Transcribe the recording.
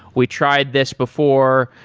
we tried this before.